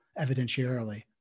evidentiarily